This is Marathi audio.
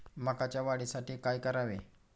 मकाच्या वाढीसाठी काय करावे?